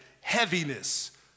heaviness